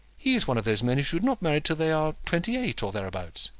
he is one of those men who should not marry till they are twenty-eight, or thereabouts.